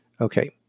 Okay